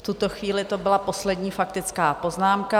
V tuto chvíli to byla poslední faktická poznámka.